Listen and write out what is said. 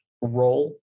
role